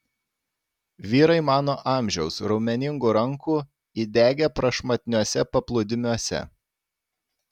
vyrai mano amžiaus raumeningų rankų įdegę prašmatniuose paplūdimiuose